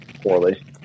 poorly